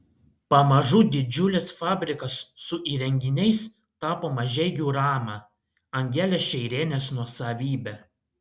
pamažu didžiulis fabrikas su įrenginiais tapo mažeikių rama angelės šeirienės nuosavybe